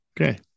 Okay